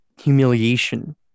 humiliation